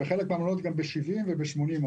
ובחלק מן המלונות גם ב-70% וב-80%.